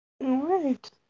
Right